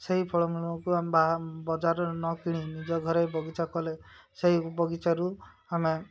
ସେଇ ଫଳମୂଳକୁ ଆମ ବା ବଜାରରେ ନ କିଣି ନିଜ ଘରେ ବଗିଚା କଲେ ସେଇ ବଗିଚାରୁ ଆମେ